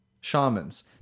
shamans